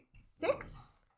six